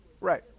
Right